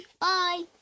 Bye